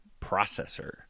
processor